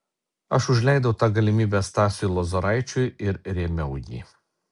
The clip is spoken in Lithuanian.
aš užleidau tą galimybę stasiui lozoraičiui ir rėmiau jį